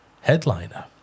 headliner